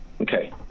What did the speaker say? Okay